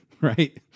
right